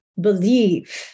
believe